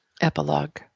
Epilogue